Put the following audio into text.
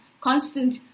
constant